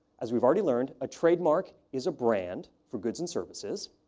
as we've already learned, a trademark is a brand for goods and services.